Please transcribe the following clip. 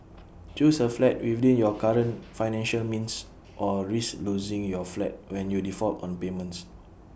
choose A flat within your current financial means or risk losing your flat when you default on payments